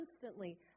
constantly